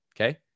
Okay